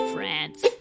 France